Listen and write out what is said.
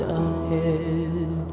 ahead